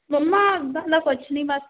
ਮੰਮਾ ਇੱਦਾਂ ਦਾ ਕੁਛ ਨਹੀਂ ਬਸ